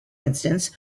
instance